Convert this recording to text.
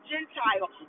Gentile